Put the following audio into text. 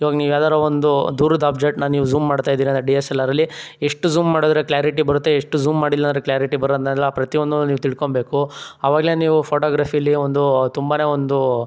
ಇವಾಗ ನೀವು ಯಾವ್ದಾರ ಒಂದು ದೂರದ ಆಬ್ಜೆಕ್ಟ್ನ ನೀವು ಝೂಮ್ ಮಾಡ್ತಾಯಿದ್ದೀರಿ ಅಂದರೆ ಡಿ ಎಸ್ ಆರಲ್ಲಿ ಎಷ್ಟು ಝೂಮ್ ಮಾಡಿದ್ರೆ ಕ್ಲಾರಿಟಿ ಬರುತ್ತೆ ಎಷ್ಟು ಝೂಮ್ ಮಾಡಿಲ್ಲ ಅಂದರೆ ಕ್ಲಾರಿಟಿ ಬರನಲ್ಲ ಪ್ರತಿಯೊಂದೂ ನೀವು ತಿಳ್ಕೊಳ್ಬೇಕು ಅವಾಗಲೆ ನೀವು ಫೋಟೋಗ್ರಾಫಿಯಲ್ಲಿ ಒಂದು ತುಂಬನೇ ಒಂದು